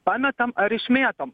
pametam ar išmėtom